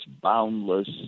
boundless